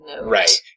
Right